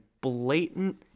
blatant